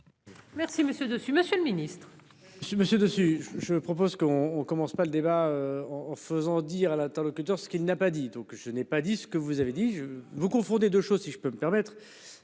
Merci messieurs de ce Monsieur le Ministre. Je me suis dessus. Je propose qu'on on commence pas le débat en en faisant dire à l'interlocuteur, ce qu'il n'a pas dit donc je n'ai pas dit ce que vous avez dit, vous confondez 2 choses si je peux me permettre.